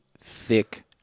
thick